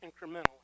incrementally